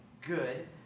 good